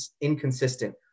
inconsistent